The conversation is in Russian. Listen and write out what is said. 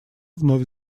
вновь